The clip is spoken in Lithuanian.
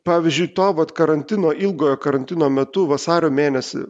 pavyzdžiui to vat karantino ilgojo karantino metu vasario mėnesį